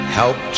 help